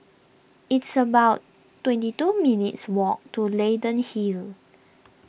it's about twenty two minutes' walk to Leyden Hill